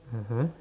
(uh huh)